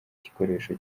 igikoresho